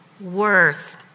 worth